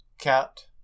cat